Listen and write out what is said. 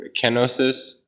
kenosis